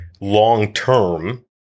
long-term